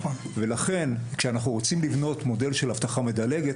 לכן כשאנחנו רוצים לבנות מודל של אבטחה מדלגת,